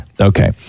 Okay